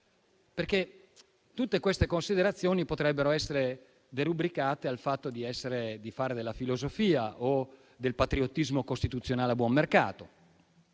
Aula. Tutte queste considerazioni potrebbero essere derubricate al fatto di fare della filosofia o del patriottismo costituzionale a buon mercato.